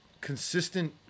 consistent